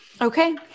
Okay